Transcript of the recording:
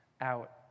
out